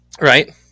right